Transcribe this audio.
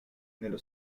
nello